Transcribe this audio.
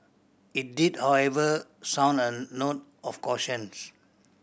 it did however sound a note of cautions